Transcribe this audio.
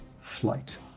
flight